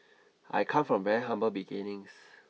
I come from very humble beginnings